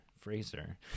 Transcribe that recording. Fraser